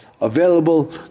available